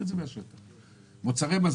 שפוטר את אותם פרטי המכס,